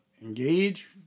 Engage